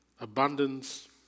abundance